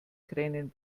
kränen